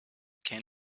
can